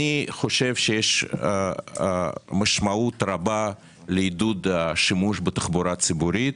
אני חושב שיש משמעות רבה לעידוד השימוש בתחבורה חשמלית,